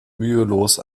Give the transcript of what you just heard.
mühelos